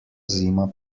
zima